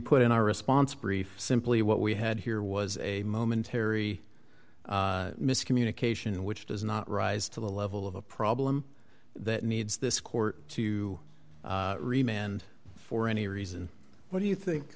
put in our response brief simply what we had here was a momentary miscommunication which does not rise to the level of a problem that needs this court to remain and for any reason what do you think